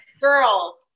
girl